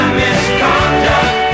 misconduct